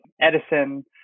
Edison